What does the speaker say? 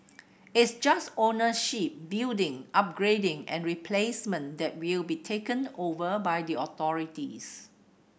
it's just ownership building upgrading and replacement that will be taken over by the authorities